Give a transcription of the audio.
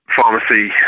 pharmacy